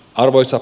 arvoisat